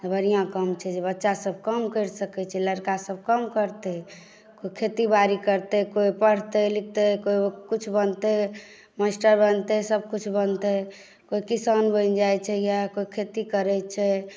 बढ़िआँ काम छै जे बच्चासभ काम करि सकैत छै लड़कासभ काम करतै कोइ खेतीबारी करतै कोइ पढ़तै लिखतै कोइ कुछ बनतै मास्टर बनतै सभकुछ बनतै कोइ किसान बनि जाइत छै यए कोइ खेती करैत छै